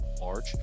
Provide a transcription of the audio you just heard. large